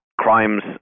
crimes